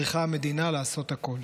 צריכה המדינה לעשות הכול.